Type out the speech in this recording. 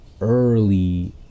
early